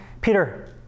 Peter